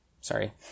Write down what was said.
sorry